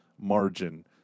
margin